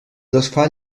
desfà